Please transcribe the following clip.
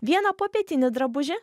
vieną popietinį drabužį